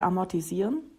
amortisieren